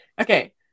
okay